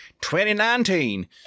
2019